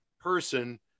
person